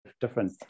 different